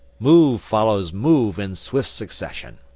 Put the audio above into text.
move follows move in swift succession.